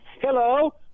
Hello